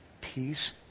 Peace